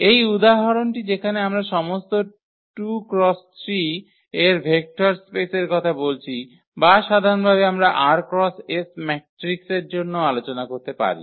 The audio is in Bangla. এই উদাহরণটি যেখানে আমরা সমস্ত 2 × 3 এর ভেক্টর স্পেসের কথা বলছি বা সাধারণভাবে আমরা r × s ম্যাট্রিক্সের জন্যও আলোচনা করতে পারি